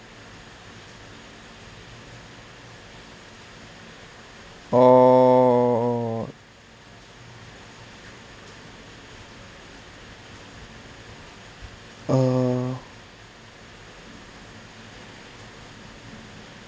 oh oh